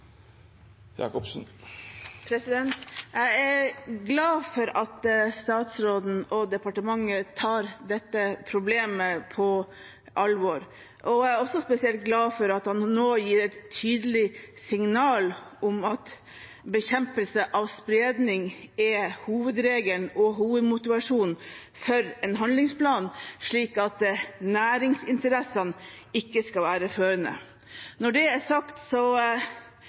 Jeg er glad for at statsråden og departementet tar dette problemet på alvor, og jeg er også spesielt glad for at han nå gir et tydelig signal om at bekjempelse av spredning er hovedregelen og hovedmotivasjonen for en handlingsplan, slik at næringsinteressene ikke skal være førende. Når det er sagt, så